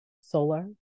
Solar